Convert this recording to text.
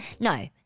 no